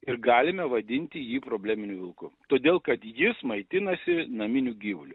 ir galime vadinti jį probleminiu vilku todėl kad jis maitinasi naminiu gyvuliu